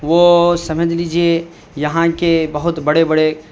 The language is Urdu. وہ سمجھ لیجیے یہاں کے بہت بڑے بڑے